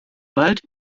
bald